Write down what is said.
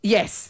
Yes